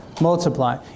Multiply